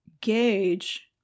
gauge